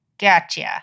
gotcha